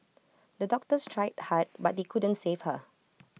the doctors tried hard but they couldn't save her